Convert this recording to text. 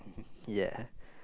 ya